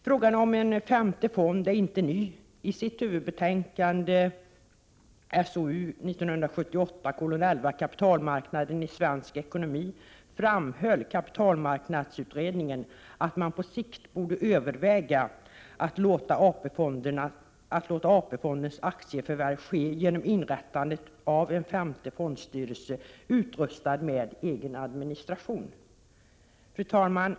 Frågan om en femte fond är inte ny. I sitt huvudbetänkande, SOU 1978:11 Kapitalmarknaden i svensk ekonomi, framhöll kapitalmarknadsutredningen att man på sikt borde överväga att låta AP-fondens aktieförvärv ske genom inrättandet av en femte fondstyrelse utrustad med egen administration. Fru talman!